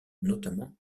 notamment